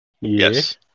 Yes